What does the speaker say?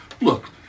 look